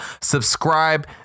Subscribe